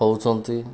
ହେଉଛନ୍ତି